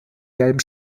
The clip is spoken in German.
gelben